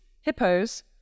hippos